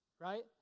right